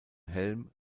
helm